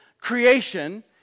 creation